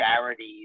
charities